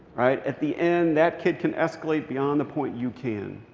right? at the end, that kid can escalate beyond the point you can.